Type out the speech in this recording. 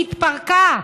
היא התפרקה.